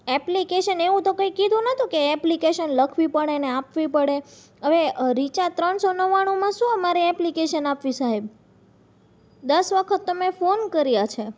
application એવું તો કંઇ કીધું નહોતું કે ઍપ્લિકેશન લખવી પડે ને આપવી પડે હવે રિચાર્જ ત્રણસો નવ્વાણુંમાં શું મારે એપ્લિકેશન આપવી સાહેબ દસ વખત તો મેં ફોન કર્યા છે